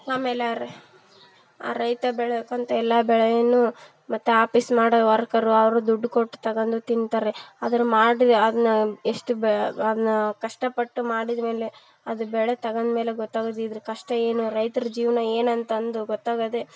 ಆಮೇಲಾದ್ರೆ ಆ ರೈತ ಬೆಳೆತಕ್ಕಂಥ ಎಲ್ಲ ಬೆಳೆಯನ್ನು ಮತ್ತು ಆಪಿಸ್ ಮಾಡೊ ವರ್ಕರ್ರು ಅವ್ರು ದುಡ್ಡು ಕೊಟ್ಟು ತಗಂಡು ತಿಂತಾರೆ ಅದ್ರ ಮಾಡ್ದ್ರೆ ಅದನ್ನ ಎಷ್ಟು ಬೆ ಅದನ್ನ ಕಷ್ಟ ಪಟ್ಟು ಮಾಡಿದ ಮೇಲೆ ಅದು ಬೆಳೆ ತಗನ್ ಮೇಲೆ ಗೊತಾಗೋದು ಇದ್ರ ಕಷ್ಟ ಏನು ರೈತ್ರ ಜೀವನ ಏನಂತಂದು ಗೊತ್ತಾಗೋದೆ